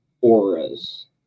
auras